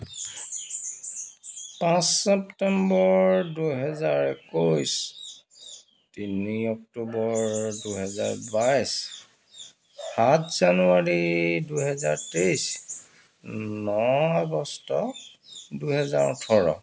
পাঁচ ছেপ্টেম্বৰ দুহেজাৰ একৈছ তিনি অক্টোবৰ দুহেজাৰ বাইছ সাত জানুৱাৰী দুহেজাৰ তেইছ ন আগষ্ট দুহেজাৰ ওঠৰ